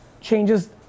changes